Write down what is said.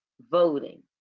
voting